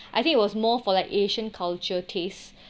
I think it was more for like asian culture tastes